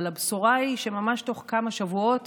אבל הבשורה היא שממש בתוך כמה שבועות